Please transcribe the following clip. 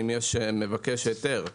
אם יש מבקש היתר,